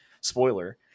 spoiler